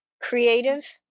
creative